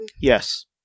Yes